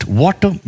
water